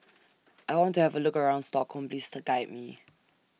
I want to Have A Look around Stockholm Please Guide Me